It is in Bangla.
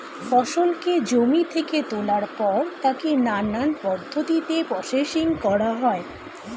ফসলকে জমি থেকে তোলার পর তাকে নানান পদ্ধতিতে প্রসেসিং করা হয়